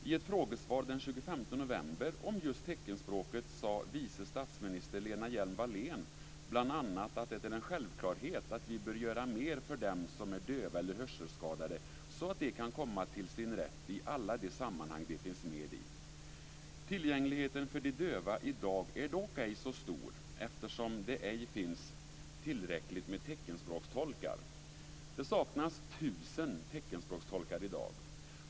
I ett frågesvar den 25 november om just teckenspråket sade vice statsminister Lena Hjelm-Wallén bl.a. att det är en självklarhet att vi bör göra mer för dem som är döva eller hörselskadade, så att de kan komma till sin rätt i alla de sammanhang de finns med i. Tillgängligheten för de döva i dag är dock ej så stor, eftersom det ej finns tillräckligt med teckenspråkstolkar. Det saknas 1 000 teckenspråkstolkar i dag.